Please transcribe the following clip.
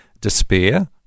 despair